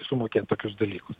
sumokėti tokius dalykus